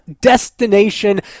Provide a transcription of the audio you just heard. destination